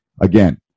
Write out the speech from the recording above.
again